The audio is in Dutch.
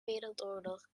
wereldoorlog